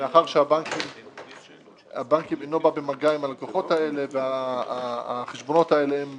מאחר שהבנק אינו במגע עם הלקוחות האלה והחשבונות האלה הם